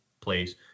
place